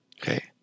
Okay